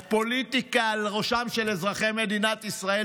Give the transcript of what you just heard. פוליטיקה על ראשם של אזרחי מדינת ישראל,